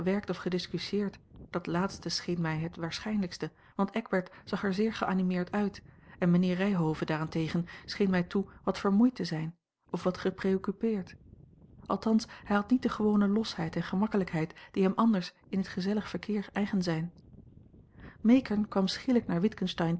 of gediscussieerd dat laatste scheen mij hel waarschijnlijkste want eckbert zag er zeer geanimeerd uit en mijnheer ryhove daarentegen scheen mij toe wat vermoeid te zijn of wat gepreoccupeerd althans hij had niet de gewone losheid en gemakkelijkheid die hem anders in het gezellig verkeer eigen zijn meekern kwam schielijk naar